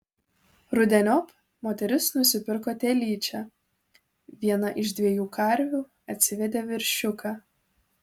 rudeniop moteris nusipirko telyčią viena iš dviejų karvių atsivedė veršiuką